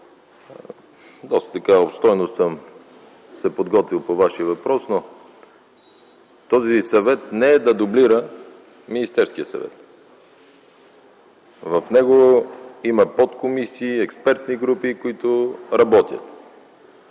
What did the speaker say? Доста обстойно съм се подготвил по Вашия въпрос, но този съвет не е да дублира Министерския съвет. В него има подкомисии, експертни групи, които работят,